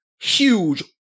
huge